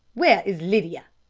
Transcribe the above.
where is lydia?